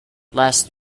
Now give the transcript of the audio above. last